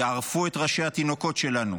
יערפו את ראשי התינוקות שלנו,